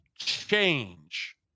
change